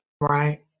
Right